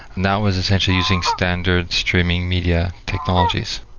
and that was essentially using standard streaming media technologies.